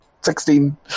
Sixteen